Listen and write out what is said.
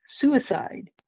suicide